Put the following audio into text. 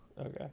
Okay